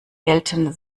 gelten